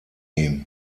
ihm